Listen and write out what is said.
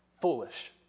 Foolish